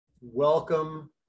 welcome